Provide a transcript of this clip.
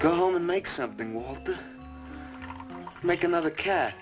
go home and make something will make another cat